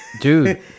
dude